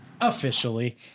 officially